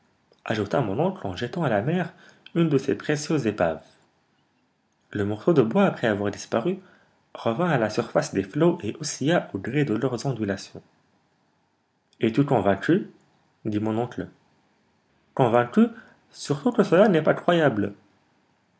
ajouta mon oncle en jetant à la mer une de ces précieuses épaves le morceau de bois après avoir disparu revint à la surface des flots et oscilla au gré de leurs ondulations es-tu convaincu dit mon oncle convaincu surtout que cela n'est pas croyable